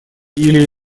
или